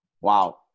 Wow